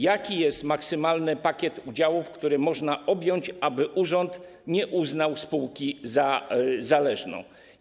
Jaki jest maksymalny pakiet udziałów, który można objąć, aby urząd nie uznał spółki za zależną?